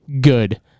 Good